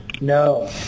No